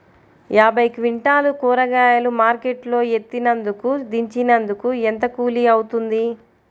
యాభై క్వింటాలు కూరగాయలు మార్కెట్ లో ఎత్తినందుకు, దించినందుకు ఏంత కూలి అవుతుంది?